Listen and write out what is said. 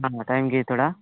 हां टाईम घेई थोडा